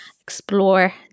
explore